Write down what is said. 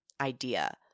idea